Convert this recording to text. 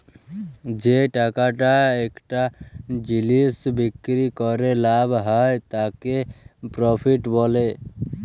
যে টাকাটা একটা জিলিস বিক্রি ক্যরে লাভ হ্যয় তাকে প্রফিট ব্যলে